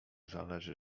zależy